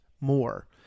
more